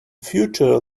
future